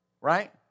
Right